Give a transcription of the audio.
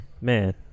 man